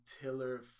Tiller